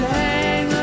hang